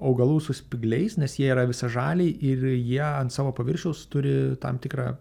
augalų su spygliais nes jie yra visažaliai ir jie ant savo paviršiaus turi tam tikrą